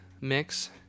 mix